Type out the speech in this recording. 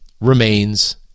remains